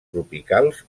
tropicals